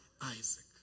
Isaac